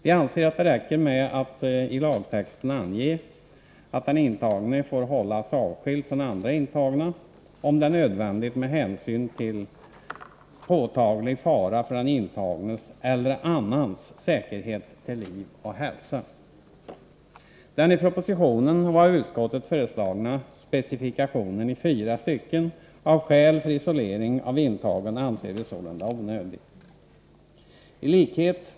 Vi anser att det räcker med att i lagtexten ange att den intagne får hållas avskild från andra intagna, om det är nödvändigt med hänsyn till påtaglig fara för den intagnes eller annans säkerhet till liv eller hälsa. Den i propositionen och av utskottet föreslagna specifikationen i fyra stycken av skälen för isolering av intagen anser vi sålunda onödig.